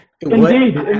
Indeed